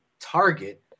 target